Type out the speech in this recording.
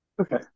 Okay